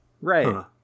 right